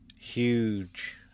huge